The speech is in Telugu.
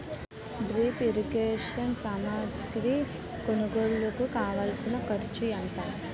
డ్రిప్ ఇరిగేషన్ సామాగ్రి కొనుగోలుకు కావాల్సిన ఖర్చు ఎంత